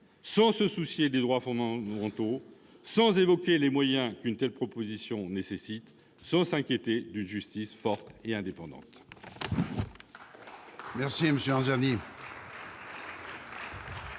sans se préoccuper des droits fondamentaux, sans évoquer les moyens qu'une telle proposition nécessite, sans s'inquiéter d'une justice forte et indépendante.